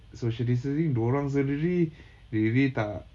social distancing dia orang sendiri diri tak